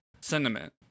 sentiment